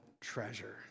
treasure